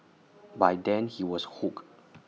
by then he was hooked